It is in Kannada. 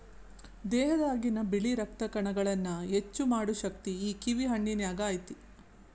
ದೇಹದಾಗಿನ ಬಿಳಿ ರಕ್ತ ಕಣಗಳನ್ನಾ ಹೆಚ್ಚು ಮಾಡು ಶಕ್ತಿ ಈ ಕಿವಿ ಹಣ್ಣಿನ್ಯಾಗ ಐತಿ